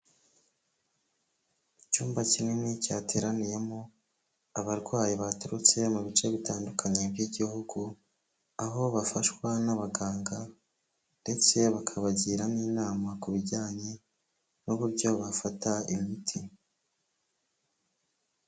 Icyumba kinini cyateraniyemo abarwayi baturutse mu bice bitandukanye by'igihugu, aho bafashwa n'abaganga, ndetse bakabagira n'inama ku bijyanye n'uburyo bafata imiti.